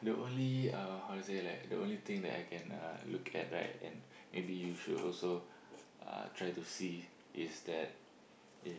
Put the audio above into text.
the only uh how to say like the only thing that I can uh look at right and maybe you should also uh try to see is that if